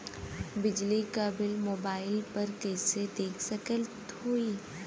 बिजली क bill mobile पर कईसे देख सकत हई?